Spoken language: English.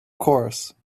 course